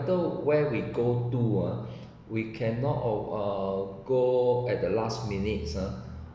where we go to uh we cannot uh go at the last minute ah